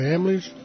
Families